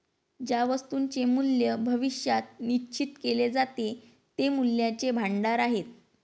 ज्या वस्तूंचे मूल्य भविष्यात निश्चित केले जाते ते मूल्याचे भांडार आहेत